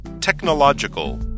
Technological